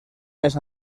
més